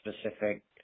specific